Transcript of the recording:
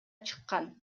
чыккан